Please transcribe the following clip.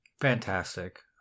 Fantastic